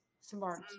smart